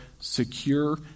secure